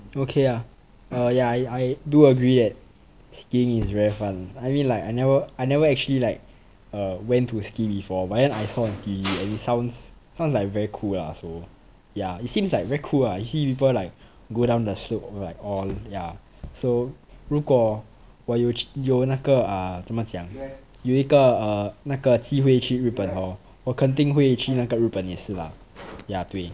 okay uh uh yeah I I do agree that skiing is very fun I mean like I never I never actually like err went to ski before but then I saw on T_V and it sounds sounds like very cool lah so yeah it seems like very cool ah I see people like go down the slope like all ya so 如果我有有那个啊怎么讲有一个 uh 那个机会去日本 hor 我肯定会去那个日本也是啦呀对